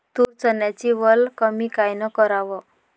तूर, चन्याची वल कमी कायनं कराव?